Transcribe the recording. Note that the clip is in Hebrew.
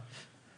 חברי אוסאמה,